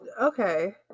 Okay